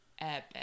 epic